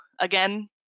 again